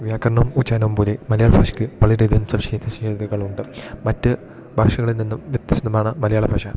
വ്യാകരണം ഉച്ചാനം പോലെ മലയാള ഫാഷയ്ക്ക് വളരെയധികം സവിക്ഷേധഷേതകളുണ്ട് മറ്റ് ഭാഷകളി നിന്നും വ്യത്യസ്തമാണ് മലയാള ഭാഷ